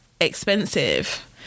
expensive